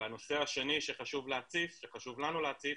והנושא השני שחשוב לנו להציף